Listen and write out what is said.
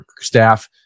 staff